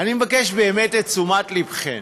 אני מבקש באמת את תשומת לבכם.